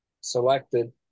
selected